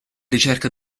ricerca